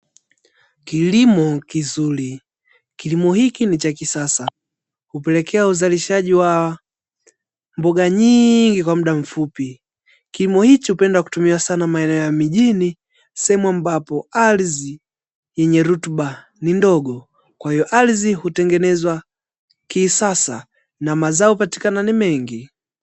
Kilimo kizuri. Kilimo hiki ni cha kisasa, hupelekea uzalishaji wa mboga nyingi kwa muda mfupi, kilimo hicho hupenda kutumiwa sana maeneo ya mijini, sehemu ambapo ardhi yenye rutuba ni ndogo kwa hiyo ardhi hutengenezwa kisasa na mazao hupatikana ni mengi.